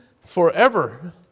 forever